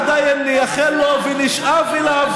עדיין נייחל לו ונשאף אליו,